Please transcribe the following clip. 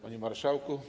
Panie Marszałku!